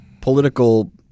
political